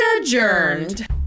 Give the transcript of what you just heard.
adjourned